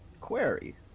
Query